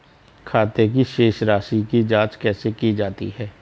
खाते की शेष राशी की जांच कैसे की जाती है?